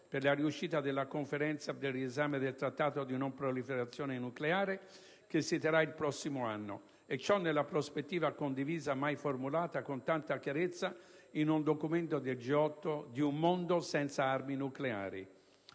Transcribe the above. per la riuscita della Conferenza del riesame del Trattato di non proliferazione nucleare che si terrà il prossimo anno, nella prospettiva condivisa, mai formulata con tanta chiarezza in un documento del G8, di «un mondo senza armi nucleari».